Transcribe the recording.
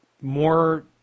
more